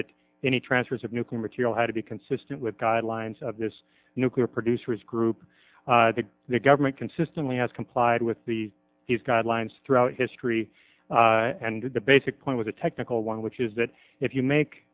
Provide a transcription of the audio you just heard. that any transfers of nuclear material had to be consistent with guidelines of this nuclear producers group the government consistently has complied with the he's got lines throughout history and the basic point was a technical one which is that if you make